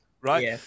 right